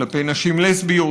כלפי נשים לסביות,